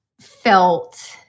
felt